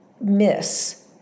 miss